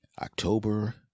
October